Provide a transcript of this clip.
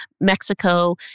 Mexico